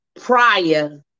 prior